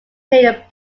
played